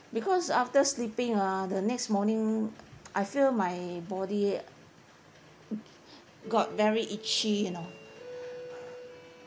because after sleeping ah the next morning I feel my body got very itchy you know